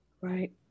Right